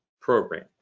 program